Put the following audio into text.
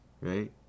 right